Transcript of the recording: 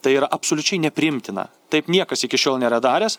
tai yra absoliučiai nepriimtina taip niekas iki šiol nėra daręs